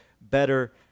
better